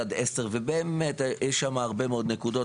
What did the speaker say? באמת יש שם הרבה מאוד נקודות,